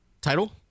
title